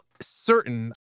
certain